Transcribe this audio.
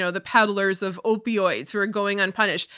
so the peddlers of opioids who are going unpunished.